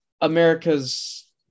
America's